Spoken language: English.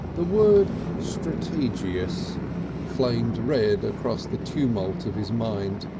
the word strategious flamed red across the tumult of his mind.